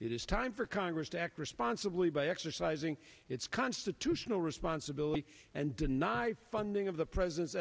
it is time for congress to act responsibly by exercising its constitutional responsibility and deny funding of the president's